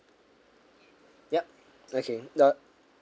yup okay uh